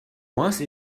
once